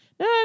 No